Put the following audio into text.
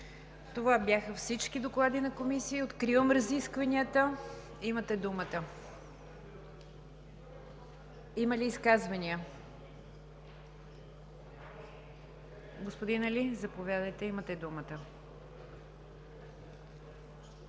Това бяха всички доклади на комисиите. Откривам разискванията. Имате думата. Има ли изказвания? Господин Али, заповядайте. АЛИ СЕВИМ